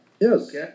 Yes